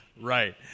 right